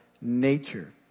nature